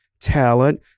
talent